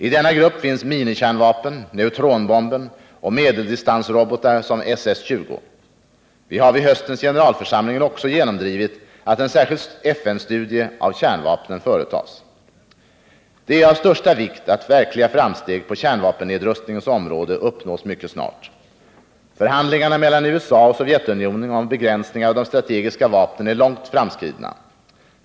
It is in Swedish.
I denna grupp finns minikärnvapen, neutronbomben och medeldistansrobotar såsom SS-20. Vi har vid höstens generalförsamling också genomdrivit att en särskild FN-studie av kärnvapnen företas. Det är av största vikt att verkliga framsteg på kärnvapennedrustningens område uppnås mycket snart. Förhandlingarna mellan USA och Sovjetunionen om begränsningar av de strategiska vapnen är långt framskridna.